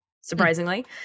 Surprisingly